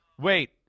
wait